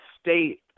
state